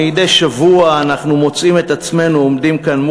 מדי שבוע אנחנו מוצאים את עצמנו עומדים כאן,